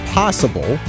possible